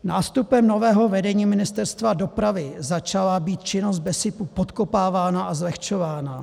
Nástupem nového vedení Ministerstva dopravy začala být činnost BESIPu podkopávána a zlehčována.